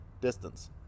distance